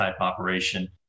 operation